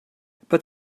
but